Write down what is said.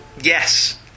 Yes